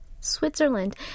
Switzerland